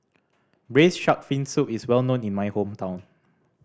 Braised Shark Fin Soup is well known in my hometown